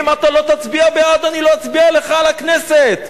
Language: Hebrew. אם לא תצביע בעד לא אצביע לך לכנסת.